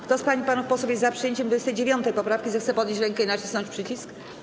Kto z pań i panów posłów jest za przyjęciem 29. poprawki, zechce podnieść rękę i nacisnąć przycisk.